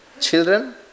children